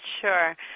Sure